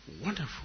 wonderful